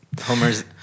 Homer's